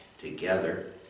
together